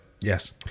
Yes